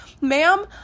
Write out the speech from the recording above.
ma'am